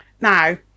Now